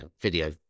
video